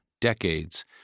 decades